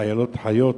חיילות חיות